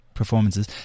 Performances